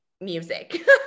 music